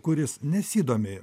kuris nesidomi